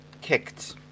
kicked